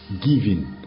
giving